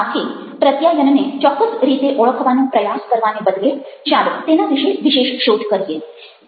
આથી પ્રત્યાયનને ચોક્કસ રીતે ઓળખવાનો પ્રયાસ કરવાને બદલે ચાલો તેના વિશે વિશેષ શોધ કરીએ